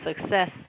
success